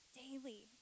daily